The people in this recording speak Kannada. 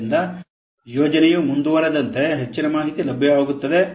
ಆದ್ದರಿಂದ ಯೋಜನೆಯು ಮುಂದುವರೆದಂತೆ ಹೆಚ್ಚಿನ ಮಾಹಿತಿ ಲಭ್ಯವಾಗುತ್ತದೆ